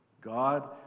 God